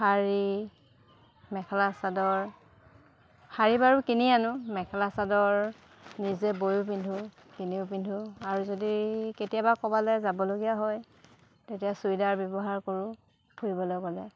শাৰী মেখেলা চাদৰ শাৰী বাৰু কিনি আনো মেখেলা চাদৰ নিজে বয়ো পিন্ধোঁ কিনিও পিন্ধো আৰু যদি কেতিয়াবা ক'বালৈ যাবলগীয়া হয় তেতিয়া চুইডাৰ ব্যৱহাৰ কৰোঁ ফুৰিবলৈ গ'লে